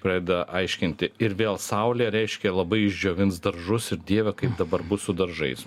pradeda aiškinti ir vėl saulė reiškia labai išdžiovins daržus ir dieve kaip dabar bus su daržais